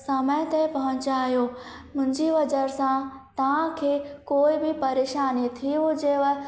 समय ते पहुचायो मुंहिंजी वजह सां तव्हांखे कोई बि परेशानी थी हुजेव